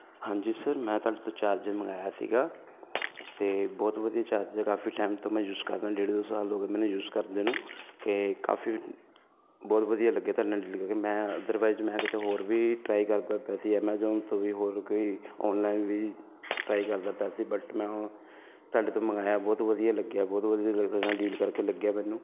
ਹਾਂਜੀ ਸਰ ਮੈਂ ਤੁਹਾਡੇ ਤੋਂ ਚਾਰਜਰ ਮੰਗਵਾਇਆ ਸੀਗਾ ਅਤੇ ਬਹੁਤ ਵਧੀਆ ਚਾਰਜਰ ਕਾਫੀ ਟਾਈਮ ਤੋਂ ਮੈਂ ਯੂਜ ਕਰਦਾ ਡੇਢ ਦੋ ਸਾਲ ਹੋ ਗਏ ਮੈਨੂੰ ਯੂਜ ਕਰਦੇ ਨੂੰ ਕਿ ਕਾਫੀ ਬਹੁਤ ਵਧੀਆ ਲੱਗਿਆ ਤੁਹਾਡੇ ਨਾਲ ਡੀਲ ਕਰਕੇ ਮੈਂ ਅਦਰਵਾਈਜ਼ ਮੈਂ ਕਿਤੇ ਹੋਰ ਵੀ ਟਰਾਈ ਕਰਦਾ ਪਿਆ ਸੀ ਐਮਾਜੋਨ ਤੋਂ ਵੀ ਹੋਰ ਕੋਈ ਔਨਲਾਈਨ ਵੀ ਟਰਾਈ ਕਰਦਾ ਪਿਆ ਸੀ ਬਟ ਮੈਂ ਹੁਣ ਤੁਹਾਡੇ ਤੋਂ ਮੰਗਵਾਇਆ ਬਹੁਤ ਵਧੀਆ ਲੱਗਿਆ ਬਹੁਤ ਵਧੀਆ ਲੱਗਦਾ ਡੀਲ ਕਰਕੇ ਲੱਗਿਆ ਮੈਨੂੰ